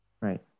Right